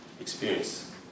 experience